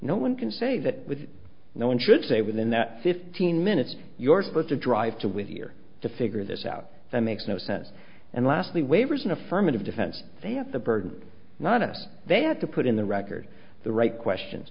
no one can say that no one should say within that fifteen minutes you're supposed to drive to with here to figure this out that makes no sense and lastly waivers an affirmative defense they have the burden not us they have to put in the record the right questions